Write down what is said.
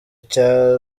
icya